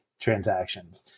transactions